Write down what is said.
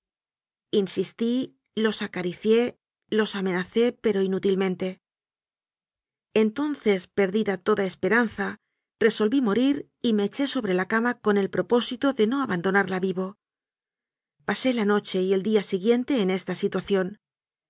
insistí los acaricié los amenacé pero inútilmente entonces perdida toda esperanza resolví morir y me eché sobre la cama con el propósito de no abandonarla vivo pasé la noche y el día siguiente en esta situación